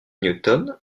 newton